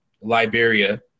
Liberia